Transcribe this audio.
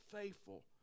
faithful